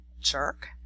jerk